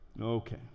Okay